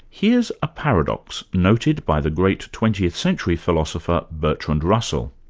here's a paradox noted by the great twentieth-century philosopher bertrand russell.